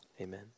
amen